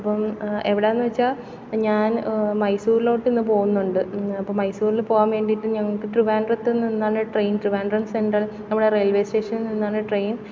അപ്പോൾ എവിടെയാണെന്നു വെച്ചാൽ ഞാൻ മൈസൂരിലോട്ടിന്നു പോകുന്നുണ്ട് അപ്പോൾ മൈസൂരിൽ പോകാൻ വേണ്ടിയിട്ട് ഞങ്ങൾക്കു ട്രിവാൻഡ്രത്തിൽ നിന്നാണ് ട്രെയിൻ ട്രിവാൻഡ്രം സെൻട്രൽ നമ്മുടെ റെയിൽവേ സ്റ്റേഷനിൽ നിന്നാണ് ട്രെയിൻ